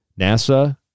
NASA